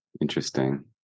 interesting